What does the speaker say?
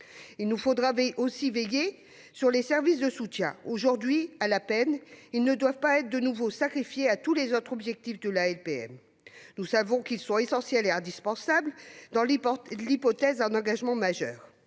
Il nous faudra aussi veiller sur les services de soutien. Aujourd'hui à la peine, ils ne doivent pas être de nouveau sacrifiés à tous les autres objectifs de la LPM. Nous savons qu'ils sont essentiels et indispensables dans l'hypothèse d'un engagement majeur.